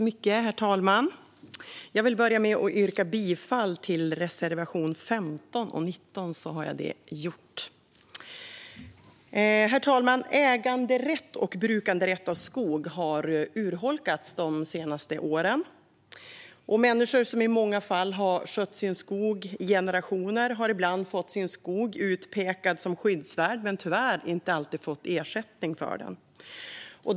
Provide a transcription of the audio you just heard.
Herr talman! Jag vill börja med att yrka bifall till reservationerna 15 och 19. Herr talman! Äganderätten och brukanderätten i fråga om skog har urholkats de senaste åren. Människor som i många fall har skött sin skog i generationer har ibland fått sin skog utpekad som skyddsvärd men tyvärr inte alltid fått ersättning för den.